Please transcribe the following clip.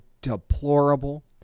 deplorable